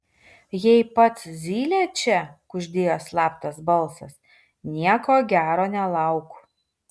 jei pats zylė čia kuždėjo slaptas balsas nieko gero nelauk